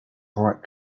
bright